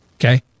Okay